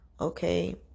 Okay